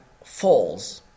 falls